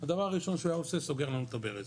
הדבר הראשון שהוא היה עושה זה לסגור לנו את הברז.